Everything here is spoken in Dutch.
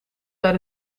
naar